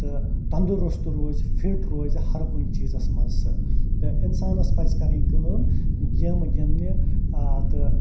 تہٕ تَنٛدرُستہٕ روزِ فِٹ روزِ ہر کُنہِ چیٖزَس منٛز سُہ تہٕ اِنسانَس پَزِ کَرٕنۍ کٲم گیمہٕ گِندنہِ تہٕ